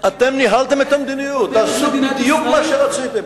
אתם ניהלתם את המדיניות, תעשו בדיוק מה שרציתם.